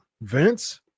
vince